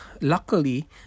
luckily